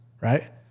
Right